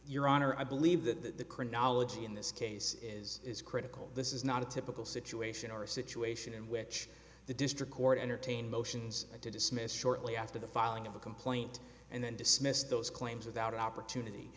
your honor i believe that the chronology in this case is is critical this is not a typical situation or a situation in which the district court entertain motions i dismissed shortly after the filing of a complaint and then dismissed those claims without an opportunity